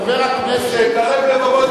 חבר הכנסת מוץ מטלון.